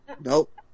Nope